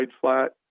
flat